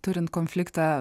turint konfliktą